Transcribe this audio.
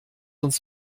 uns